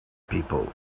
people